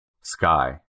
Sky